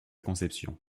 conception